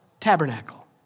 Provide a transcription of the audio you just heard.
Tabernacle